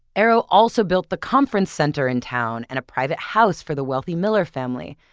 eero also built the conference center in town and a private house for the wealthy miller family.